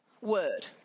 word